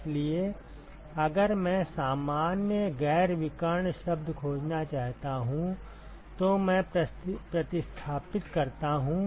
इसलिए अगर मैं सामान्य गैर विकर्ण शब्द खोजना चाहता हूं तो मैं प्रतिस्थापित करता हूं